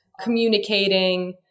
communicating